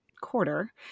quarter